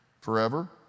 forever